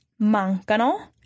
mancano